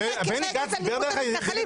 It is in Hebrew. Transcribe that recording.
נכון.